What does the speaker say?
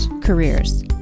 careers